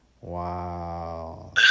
Wow